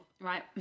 right